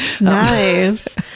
Nice